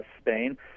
Spain